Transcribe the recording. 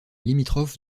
limitrophe